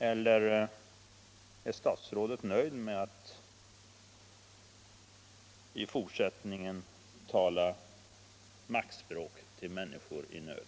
Eller är statsrådet nöjd med att i fortsättningen tala maktspråk till människor i nöd?